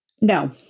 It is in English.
No